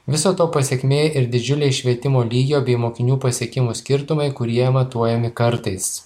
viso to pasekmė ir didžiuliai švietimo lygio bei mokinių pasiekimų skirtumai kurie matuojami kartais